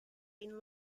been